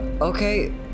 okay